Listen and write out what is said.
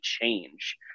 change